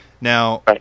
Now